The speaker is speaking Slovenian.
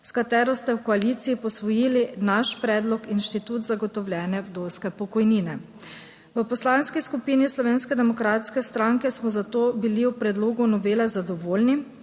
s katero ste v koaliciji posvojili naš predlog, institut zagotovljene vdovske pokojnine. V Poslanski skupini Slovenske demokratske stranke smo zato bili s predlogom novele zadovoljni,